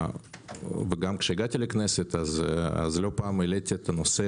גם כשהגעתי לכנסת לא פעם העליתי את הנושא